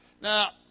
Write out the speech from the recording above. Now